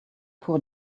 poor